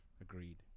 Agreed